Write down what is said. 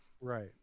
Right